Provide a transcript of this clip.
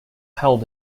held